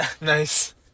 Nice